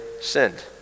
sinned